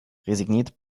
resigniert